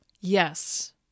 Yes